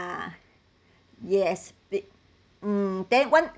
ah yes be mm then one